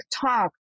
Talk